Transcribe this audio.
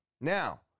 now